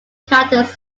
characters